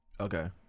Okay